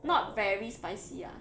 not very spicy ah